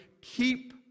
keep